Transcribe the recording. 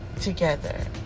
together